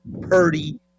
Purdy